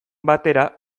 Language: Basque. batera